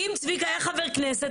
אם צביקה היה חבר כנסת,